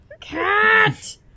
Cat